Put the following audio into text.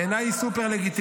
בעיניי היא סופר-לגיטימית.